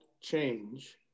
change